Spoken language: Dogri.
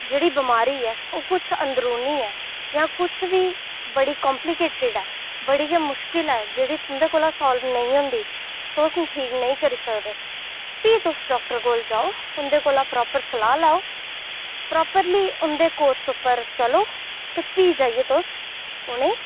जेह्ड़ी बिमारी ऐ ओह् किश अंदरूनी ऐ जां किश बी बड़ी कम्पलीकेटिड़ ऐ बड़ी गै मुश्किल ऐ जेह्ड़ी तुं'दे कोला सालव नेईं होंदी तुस ठीक नेईं करी सकदे फ्ही तुस डाॅक्टर कोल जाओ उं'दे कोला परापर सलाह् लैओ परापरली उं'दे कोर्स उप्पर चलो ते भी जाइयै तुस उ'नें ई